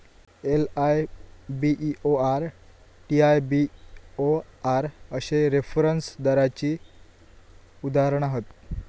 LIBOR, TIBOR अश्ये reference दराची उदाहरणा हत